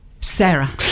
Sarah